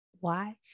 Watch